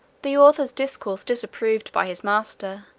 the author's discourse disapproved by his master.